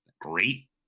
great